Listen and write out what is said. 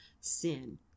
Sin